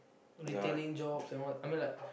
retailing jobs and what I mean like